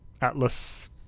atlas